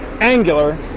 angular